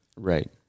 right